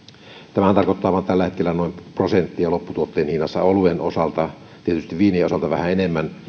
tämähän tarkoittaa tällä hetkellä vain noin prosenttia lopputuotteen hinnassa oluen osalta tietysti viinien osalta vähän enemmän